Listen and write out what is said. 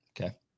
Okay